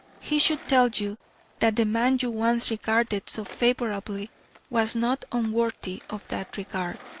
he should tell you that the man you once regarded so favourably was not unworthy of that regard.